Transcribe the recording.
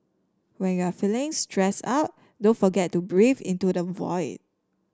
when you are feeling stressed out don't forget to breathe into the void